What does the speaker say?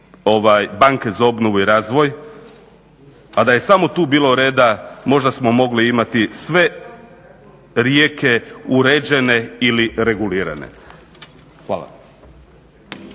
banke za obnovu i razvoj, a da je samo tu bilo reda, možda smo mogli imati sve rijeke uređene ili regulirane. Hvala.